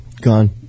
Gone